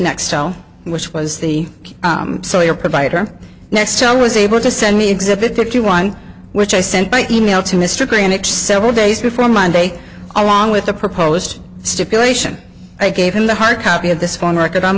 nextel which was the sole your provider nextel was able to send me exhibit fifty one which i sent by e mail to mr grey and it several days before monday along with the proposed stipulation i gave him the hard copy of this form record on